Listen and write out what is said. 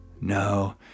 No